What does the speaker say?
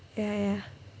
ya ya